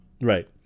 right